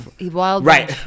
right